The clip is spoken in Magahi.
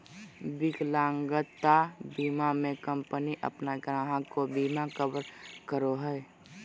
विकलांगता बीमा में कंपनी अपन ग्राहक के बिमा कवर करो हइ